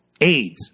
AIDS